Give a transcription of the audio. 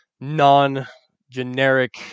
non-generic